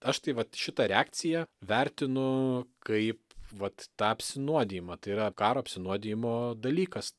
aš tai vat šitą reakciją vertinu kaip vat tą apsinuodijimą tai yra karo apsinuodijimo dalykas